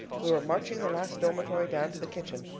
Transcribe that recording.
we were marching the last dormitory down to the kitchen,